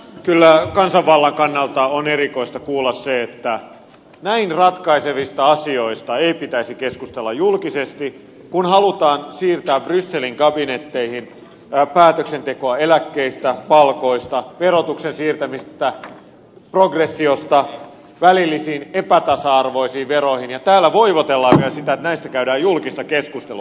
kyllä kansanvallan kannalta on erikoista kuulla se että näin ratkaisevista asioista ei pitäisi keskustella julkisesti kun halutaan siirtää brysselin kabinetteihin päätöksentekoa eläkkeistä palkoista verotuksen siirtämisestä progressiosta välillisiin epätasa arvoisiin veroihin ja täällä voivotellaan sitä että näistä käydään julkista keskustelua